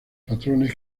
patrones